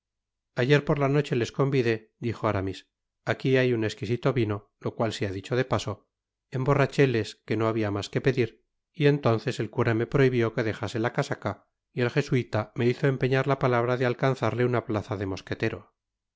ayer por la noche les convidé dijo aramis aquí hay un esquisito vino locual sea dicho de paso emborracheles que a habia mas que pedir y estonces el cura me prohibió que dejase la casaca y el jesuíta me hizo empeñar la palabra de alcanzarle una plaza de mosquetero